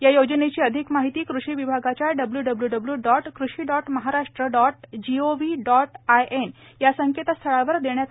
या योजनेची अधिक माहिती कृषी विभागाच्या W W W dot krishi dot Maharashtra dot G O V dot I N या संकेतस्थळावर देण्यात आली आहे